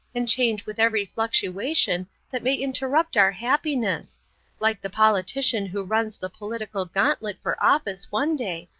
and change with every fluctuation that may interrupt our happiness like the politician who runs the political gantlet for office one day,